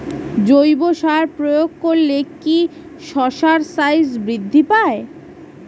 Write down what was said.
জৈব সার প্রয়োগ করলে কি শশার সাইজ বৃদ্ধি পায়?